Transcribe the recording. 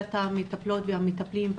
אוכלוסיית המטפלות והמטפלים,